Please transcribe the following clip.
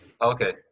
okay